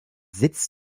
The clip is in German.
sitz